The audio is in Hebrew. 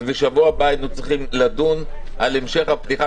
בשבוע הבא היינו צריכים לדון על המשך הבחינה